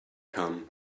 come